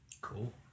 cool